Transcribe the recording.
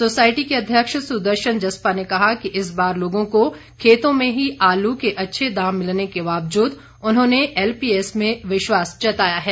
society के अध्यक्ष सुदर्शन जसपा ने कहा कि इस बार लोगों को खेतों में ही आलू के अच्छे दाम मिलने के बावजूद उन्होंने एलपीएस में विश्वास जताया है